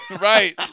right